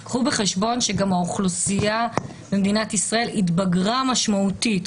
אבל קחו בחשבון שהאוכלוסייה במדינת ישראל התבגרה משמעותית.